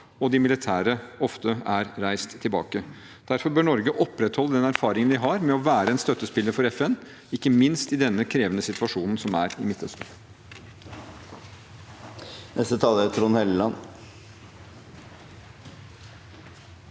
og de militære ofte er reist tilbake. Derfor bør Norge opprettholde den erfaringen man har med å være en støttespiller for FN, ikke minst i den krevende situasjonen som er i Midtøsten.